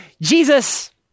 Jesus